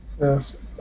Yes